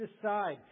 decide